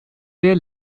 der